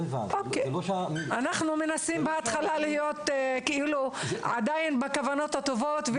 אנחנו בהתחלה מנסים ללכת עם כוונות טובות.